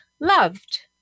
loved